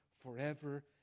Forever